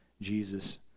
Jesus